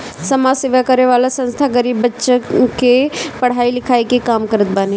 समाज सेवा करे वाला संस्था गरीब बच्चन के पढ़ाई लिखाई के काम करत बाने